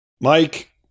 Mike